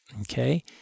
Okay